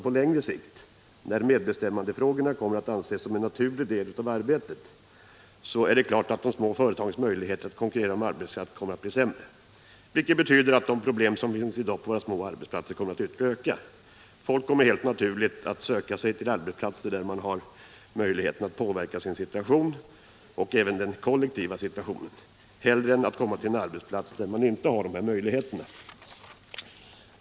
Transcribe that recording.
På längre sikt, när medbestämmandefrågorna kommer att anses som en naturlig del av arbetet, är det klart att de små företagens möjligheter att konkurrera om arbetskraft blir sämre, vilket betyder att de problem som i dag finns på små arbetsplatser kommer att ytterligare öka. Folk kommer helt naturligt att söka sig till arbetsplatser, där man har möjligheter att påverka sin egen situation och den kollektiva situationen, hellre än till en arbetsplats där man inte har sådana möjligheter.